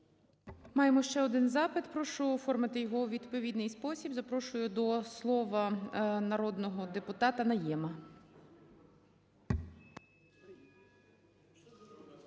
Маємо ще один запит, прошу оформити його у відповідний спосіб. Запрошую до слова народного депутата Найєма.